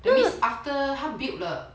that means after 他 built 了